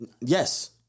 Yes